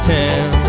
town